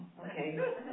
okay